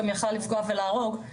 גם יכלה לפגוע ולהרוג,